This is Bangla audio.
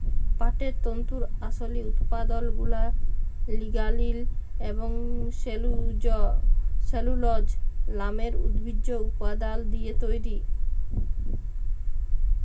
পাটের তল্তুর আসলি উৎপাদলগুলা লিগালিল এবং সেলুলজ লামের উদ্ভিজ্জ উপাদাল দিঁয়ে তৈরি